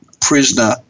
prisoner